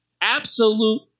absolute